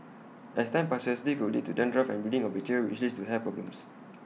as time passes this could lead to dandruff and breeding of bacteria which leads to hair problems